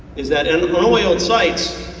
is that in unoiled sites,